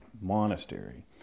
monastery